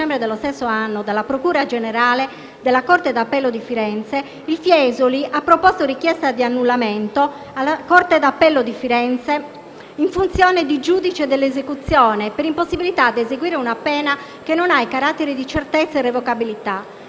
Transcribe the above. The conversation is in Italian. il Fiesoli ha proposto richiesta di annullamento alla corte d'appello di Firenze, in funzione di giudice dell'esecuzione per impossibilità ad eseguire una pena che non ha i caratteri di certezza e irrevocabilità.